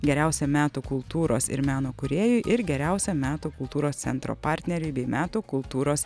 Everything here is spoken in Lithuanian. geriausiam metų kultūros ir meno kūrėjui ir geriausiam metų kultūros centro partneriui bei metų kultūros